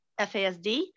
FASD